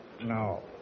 No